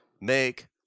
make